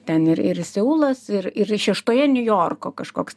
ten ir ir seulas ir ir šeštoje niujorko kažkoks